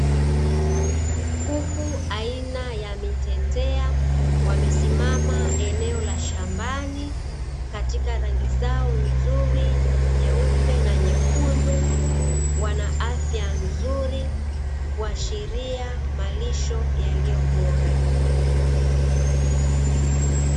Kuku aina ya mitetea, wamesimama eneo la shambani, katika rangi zao nzuri nyeupe na nyekundu, wana afya nzuri, kuashiria malisho yaliyo bora.